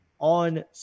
on